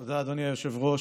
תודה, אדוני היושב-ראש.